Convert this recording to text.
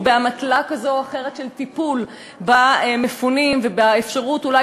או שבאמתלה כזו או אחרת של טיפול במפונים ובאפשרות אולי